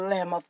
Lamb